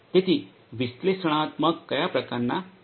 તેથી વિશ્લેષણાત્મક કયા પ્રકારના છે